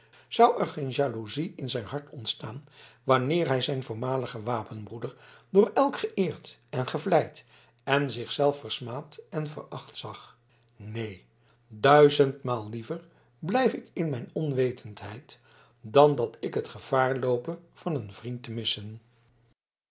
zou er geen jaloezie in zijn hart ontstaan wanneer hij zijn voormaligen wapenbroeder door elk geëerd en gevleid en zich zelf versmaad en veracht zag neen duizendmaal liever blijf ik in mijn onwetendheid dan dat ik het gevaar loope van een vriend te missen